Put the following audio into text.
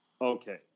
Okay